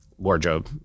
wardrobe